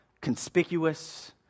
conspicuous